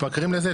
מתמכרים לזה,